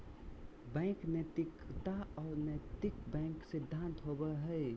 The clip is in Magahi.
बैंकिंग नैतिकता और नैतिक बैंक सिद्धांत होबो हइ